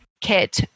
kit